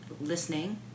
listening